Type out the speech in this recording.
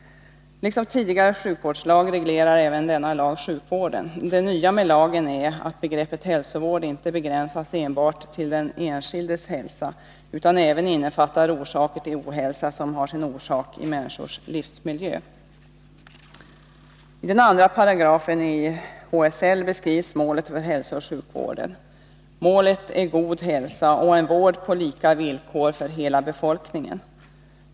Liksom tidigare sjukvårdslag reglerar även denna lag sjukvården. Det nya med lagen är att begreppet hälsovård inte begränsas enbart till den enskildes hälsa utan även innefattar orsaker till ohälsa som beror på människors livsmiljö. Målet är god hälsa och en vård på lika villkor för hela befolkningen.